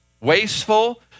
wasteful